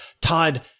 Todd